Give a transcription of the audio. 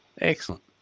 Excellent